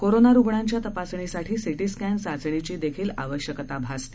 corona रुग्णांच्या तपासणीसाठी CT scan चाचणीची देखील आवश्यकता भासते